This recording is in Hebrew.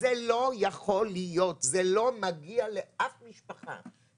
זה לא יכול להיות, זה לא מגיע לאף משפחה.